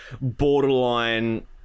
borderline